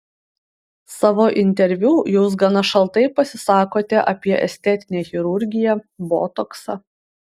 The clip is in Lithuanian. savo interviu jūs gana šaltai pasisakote apie estetinę chirurgiją botoksą